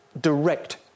direct